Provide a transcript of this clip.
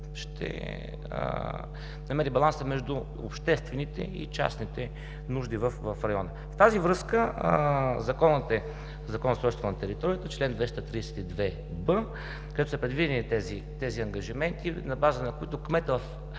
ще намери баланса между обществените и частните нужди в района. В тази връзка Законът за устройство на територията – чл. 232б, където са предвидени тези ангажименти, на база на които кметът в